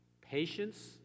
patience